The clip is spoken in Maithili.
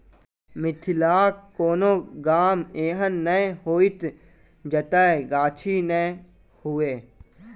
मिथिलाक कोनो गाम एहन नै होयत जतय गाछी नै हुए